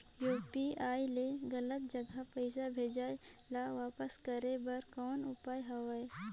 UPI ले गलत जगह पईसा भेजाय ल वापस करे बर कौन उपाय हवय?